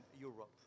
Europe